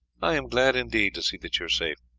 i am glad indeed to see that you are safe.